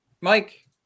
Mike